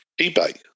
eBay